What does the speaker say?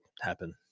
happen